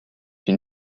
une